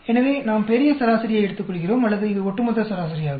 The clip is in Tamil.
எனவே நாம் பெரிய சராசரியை எடுத்துக்கொள்கிறோம் அல்லது இது ஒட்டுமொத்த சராசரியாகும்